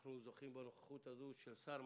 שאנחנו זוכים בנוכחות הזו של שר,